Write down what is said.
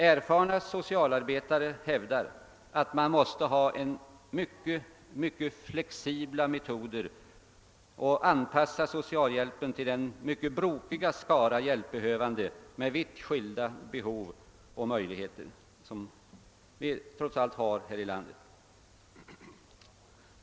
Erfarna socialarbetare hävdar att man måste arbeta efter mycket flexibla metoder och anpassa socialhjälpen till den mycket brokiga skara hjälpbehövande med vitt skilda behov och möjligheter, som vi trots allt har i vårt land.